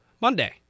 Monday